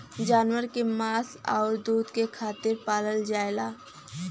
जानवर के मांस आउर दूध के खातिर पालल जाला